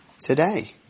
today